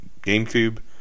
GameCube